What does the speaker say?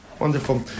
Wonderful